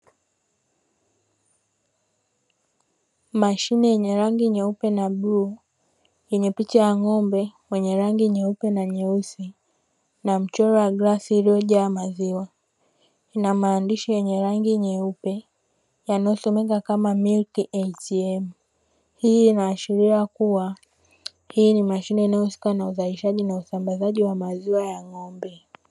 Mashine yenye rangi nyeupe na buluu yenye picha ya ng'ombe mwenye rangi nyeupe na nyeusi na mchoro wa glasi iliyojaa maziwa na maandishi yenye rangi nyeupe yanayosomeka kama “MILK ATM” hii inaashiria kuwa hii ni mashine inayohusika na uzalishaji na usambazaji wa maziwa ya ng'ombe.